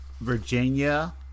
Virginia